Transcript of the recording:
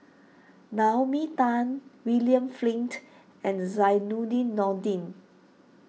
Naomi Tan William Flint and Zainudin Nordin